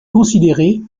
considéré